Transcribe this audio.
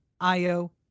Io